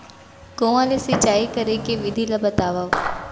कुआं ले सिंचाई करे के विधि ला बतावव?